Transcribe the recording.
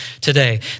today